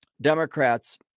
Democrats